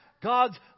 God's